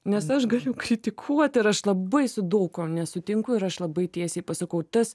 nes aš galiu kritikuot ir aš labai su daug kuo nesutinku ir aš labai tiesiai pasakau tas